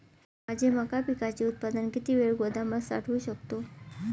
माझे मका पिकाचे उत्पादन किती वेळ गोदामात साठवू शकतो?